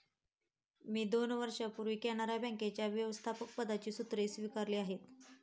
मी दोन वर्षांपूर्वी कॅनरा बँकेच्या व्यवस्थापकपदाची सूत्रे स्वीकारली आहेत